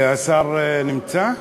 השר נמצא?